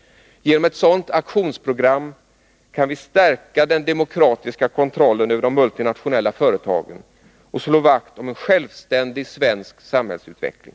Genom ett sådant aktionsprogram kan vi stärka den demokratiska kontrollen över de multinationella företagen och slå vakt om en självständig svensk samhällsutveckling.